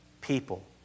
people